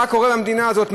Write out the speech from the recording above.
מה קורה במדינה הזאת,